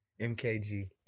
MKG